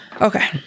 Okay